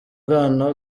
bwana